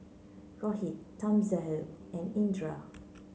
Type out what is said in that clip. Rohit Thamizhavel and Indira